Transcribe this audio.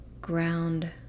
ground